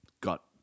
got